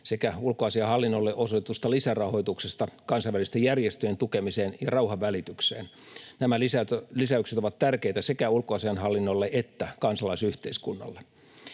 sekä ulkoasiainhallinnolle osoitetusta lisärahoituksesta kansainvälisten järjestöjen tukemiseen ja rauhanvälitykseen. Nämä lisäykset ovat tärkeitä sekä ulkoasiainhallinnolle että kansalaisyhteiskunnalle.